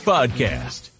Podcast